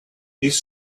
his